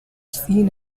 seen